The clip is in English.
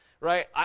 right